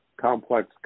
complex